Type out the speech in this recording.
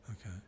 okay